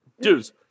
dudes